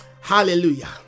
Hallelujah